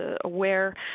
AWARE